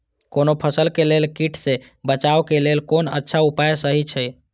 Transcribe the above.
कोनो फसल के लेल कीट सँ बचाव के लेल कोन अच्छा उपाय सहि अछि?